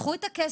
קחו את הכסף,